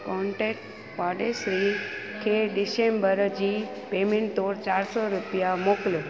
contact पाड़ेसिरी खे December जी पेमेंट तौर चार सौ रुपिया मोकिलियो